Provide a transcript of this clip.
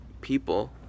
people